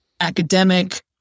academic